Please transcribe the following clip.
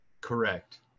Correct